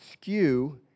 skew